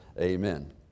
Amen